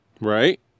Right